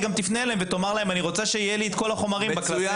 גם תפנה אליהם ותאמר להם שהיא רוצה שיהיה לה את כל החומרים בקלסר.